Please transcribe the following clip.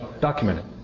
documented